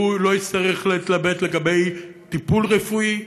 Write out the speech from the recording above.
שהוא לא יצטרך להתלבט לגבי טיפול רפואי,